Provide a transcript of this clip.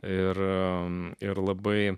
ir man ir labai